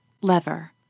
Lever